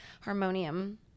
Harmonium